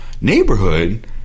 neighborhood